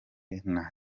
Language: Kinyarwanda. nta